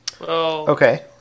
Okay